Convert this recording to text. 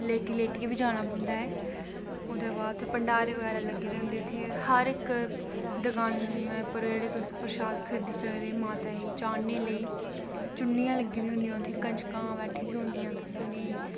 गंगा ऐ जिसलै तुस जगन नाथपुरी जी दे मन्दर दे बाह्र आदो ते तुसेंगी समुन्दर दी अवाज जियां गै तुस मन्दर दी डोआठन टप्पगे ते अवाज बंद होई जंदी एह् चमत्कार ऐ जगन नाथपुरी जी दी